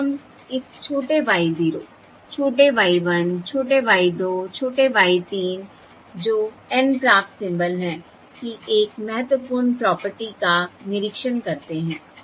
अब हम इस छोटे y 0 छोटे y 1 छोटे y 2 छोटे y 3 जो N प्राप्त सिंबल हैं की एक महत्वपूर्ण प्रॉपर्टी का निरीक्षण करते हैं